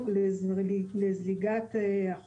לבין שמירת הגידולים